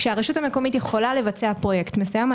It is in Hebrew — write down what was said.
כשהרשות המקומית יכולה לבצע פרויקט מסוים,